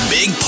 Big